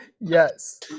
Yes